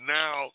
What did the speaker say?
now –